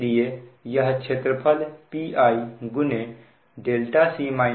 इसलिए यह क्षेत्रफल Pi है